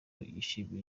yishimira